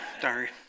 Sorry